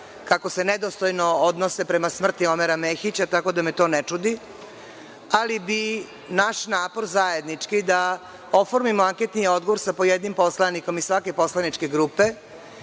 kako se nedostojno odnose prema smrti Omera Mehića, tako da me to ne čudi. Ali bi naš napor zajednički da oformimo anketni odbor sa po jednim poslanikom iz svake poslaničke grupe